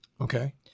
Okay